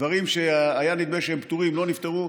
דברים שהיה נדמה שהם פתורים, לא נפתרו.